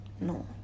No